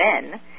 men